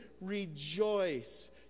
Rejoice